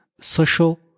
social